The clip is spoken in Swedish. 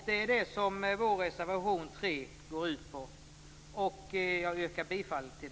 Det är detta som reservation 3 går ut på och som jag yrkar bifall till.